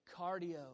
Cardio